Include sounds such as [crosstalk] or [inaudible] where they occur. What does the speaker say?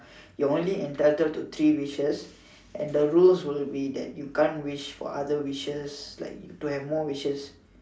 [breath] you're only entitled to three wishes and the rules will be that you can't wish for other wishes like to have more wishes